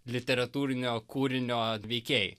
literatūrinio kūrinio veikėjai